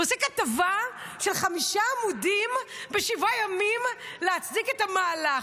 הוא עושה כתבה של חמישה עמודים ב-7 ימים להצדיק את המהלך,